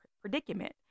predicament